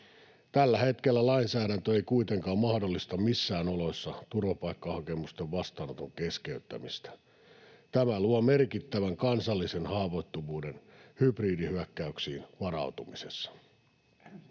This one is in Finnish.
Tällä hetkellä lainsäädäntö ei kuitenkaan mahdollista missään oloissa turvapaikkahakemusten vastaanoton keskeyttämistä. Tämä luo merkittävän kansallisen haavoittuvuuden hybridihyökkäyksiin varautumisessa.